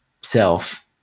self